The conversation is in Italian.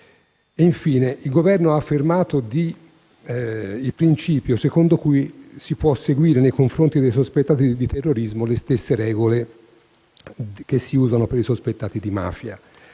Ancora, il Governo ha affermato il principio secondo cui si possono seguire nei confronti dei sospettati di terrorismo le stesse regole che si usano per i sospettati di mafia.